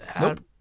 Nope